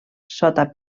sota